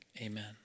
amen